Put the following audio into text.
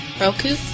Roku